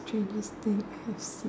strangest thing I have seen